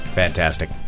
fantastic